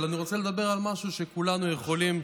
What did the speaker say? אבל אני רוצה לדבר על משהו שכולנו יכולים,